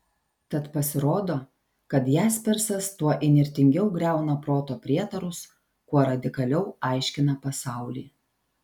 tad pasirodo kad jaspersas tuo įnirtingiau griauna proto prietarus kuo radikaliau aiškina pasaulį